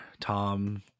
Tom